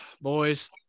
Boys